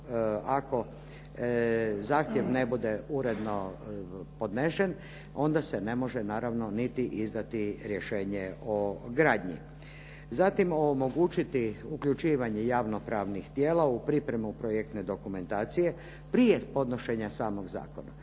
ako zahtjev ne bude uredno podnesen onda se ne može niti izdati rješenje o gradnji. Zatim, omogućiti uključivanje javno pravnih tijela u pripremu projektne dokumentacije prije podnošenja samog zakona.